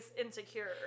insecure